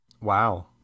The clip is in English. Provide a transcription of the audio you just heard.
Wow